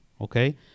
Okay